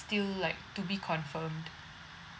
still like to be confirmed